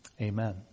Amen